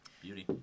Beauty